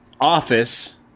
office